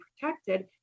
protected